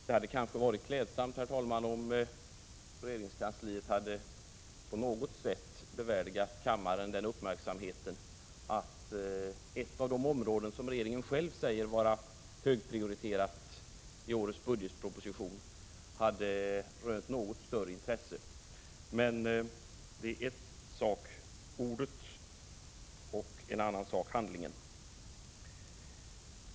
Det hade, herr talman, varit klädsamt om regeringskansliet hade bevärdigat kammaren den uppmärksamheten att låta ett av de områden som regeringen själv säger vara högprioriterat i årets budgetproposition röna ett något större intresse. Men ord är en sak och handling en annan.